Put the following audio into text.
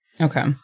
Okay